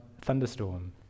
thunderstorm